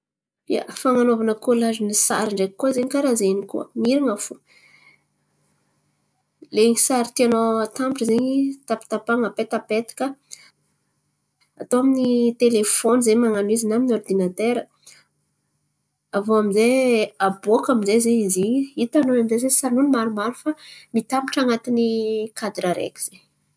Ia, fan̈anaovana kôlazina sary ndreky koa zen̈y karà zen̈y koa mirana fo. Lain̈y sary tianao atambatra zen̈y tapatapahan̈a apetapetaka. Atao amin'ny telefôny zen̈y man̈ano izy na amin'ny ôridinatera. Aviô aminjay aboaka aminjay zen̈y izy in̈y hitanao iô aminjay zen̈y sarin'olo maromaro fa mitambatra an̈atin'ny kadira araiky zen̈y.